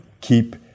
keep